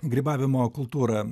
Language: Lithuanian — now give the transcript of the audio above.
grybavimo kultūrą